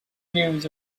views